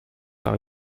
are